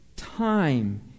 Time